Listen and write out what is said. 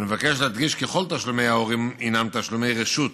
אני מבקש להדגיש כי כל תשלומי ההורים הם תשלומי רשות,